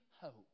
hope